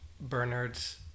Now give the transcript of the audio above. Bernard's